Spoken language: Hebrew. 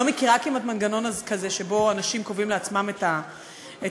אני לא מכירה כמעט מנגנון כזה שבו אנשים קובעים לעצמם את השכר,